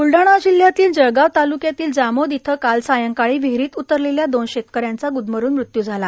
ब्लढाणा जिल्ह्यातील जळगाव तालुक्यातील जामोद इथं काल संध्याकाळी विहिरीत उतरलेल्या दोन शेतकऱ्यांचा गुदमरून मृत्यू झाला